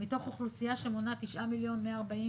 מתוך אוכלוסייה שמונה 9,140,500,